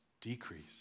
decrease